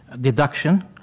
deduction